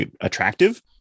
attractive